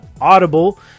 audible